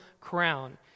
crown